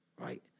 right